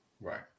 Right